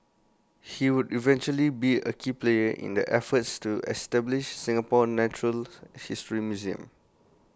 he would eventually be A key player in the efforts to establish Singapore's natural history museum